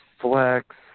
flex